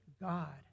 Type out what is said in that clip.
God